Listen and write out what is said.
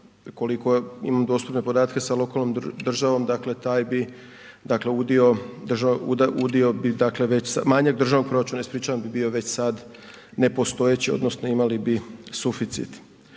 koliko imam dostupne podatke sa lokalnom državom, manjak državnog proračuna bi bio već sada nepostojeći odnosno imali bi suficit.